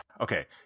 Okay